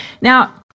now